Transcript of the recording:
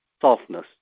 softness